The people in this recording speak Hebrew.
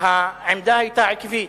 העמדה היתה עקבית,